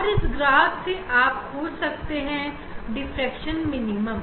और इस ग्राफ से आप खोज सकते हैं डिफ्रेक्शन मिनिमम